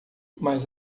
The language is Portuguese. mas